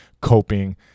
coping